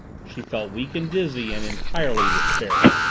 she felt weak and dizzy and entirely despairing.